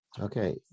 Okay